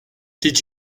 did